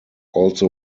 also